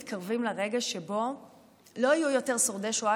אנחנו מתקרבים לרגע שבו לא יהיו יותר שורדי שואה